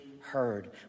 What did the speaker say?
heard